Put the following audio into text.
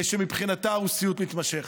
כי מבחינתה הוא סיוט מתמשך.